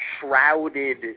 shrouded